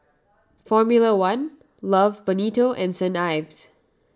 formula one Love Bonito and Saint Ives